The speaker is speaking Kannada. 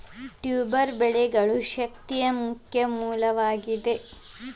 ಟ್ಯೂಬರ್ ಬೆಳೆಗಳು ಶಕ್ತಿಯ ಮುಖ್ಯ ಮೂಲವಾಗಿದೆ